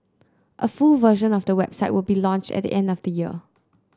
a full version of the website will be launched at the end of the year